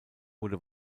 wurde